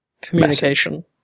Communication